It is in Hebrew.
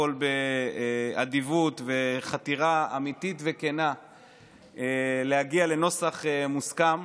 הכול באדיבות ובחתירה אמיתית וכנה כדי להגיע לנוסח מוסכם,